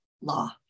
law